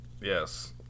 Yes